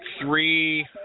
three